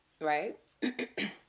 Right